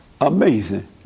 Amazing